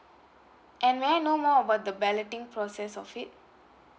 and may I know more about the balloting process of it